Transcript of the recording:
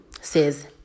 says